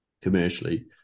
commercially